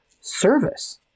service